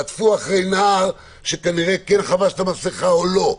רדפו אחרי נער שכנראה חבש את המסכה או לא.